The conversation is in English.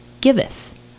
giveth